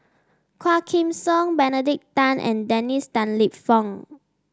Quah Kim Song Benedict Tan and Dennis Tan Lip Fong